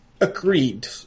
Agreed